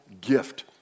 gift